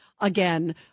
Again